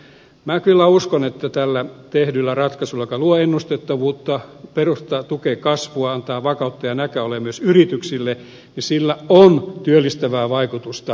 minä kyllä uskon että tällä tehdyllä ratkaisulla joka luo ennustettavuutta tukee kasvua antaa vakautta ja näköaloja myös yrityksille sillä on työllistävää vaikutusta